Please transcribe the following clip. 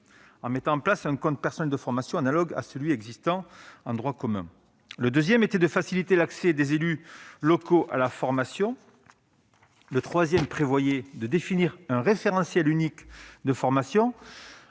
en mettant en place un compte personnel de formation analogue » à celui qui existe en droit commun. Le deuxième était de faciliter l'accès des élus locaux à la formation. Le troisième prévoyait de « définir un référentiel unique de formation